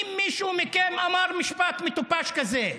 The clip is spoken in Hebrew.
אם מישהו מכם אמר משפט מטופש כזה,